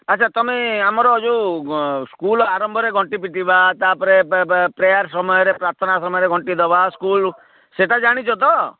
ଆଚ୍ଛା ତମେ ଆମର ଯେଉଁ ସ୍କୁଲ ଆରମ୍ଭରେ ଘଣ୍ଟି ପିଟିବା ତାପରେ ପ୍ରେୟାର ସମୟରେ ପ୍ରାର୍ଥନା ସମୟରେ ଘଣ୍ଟି ଦେବା ସ୍କୁଲ ସେଇଟା ଜାଣିଛ ତ